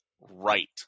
right